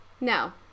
No